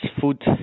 Food